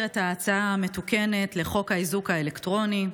את ההצעה המתוקנת לחוק האיזוק האלקטרוני.